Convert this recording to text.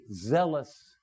zealous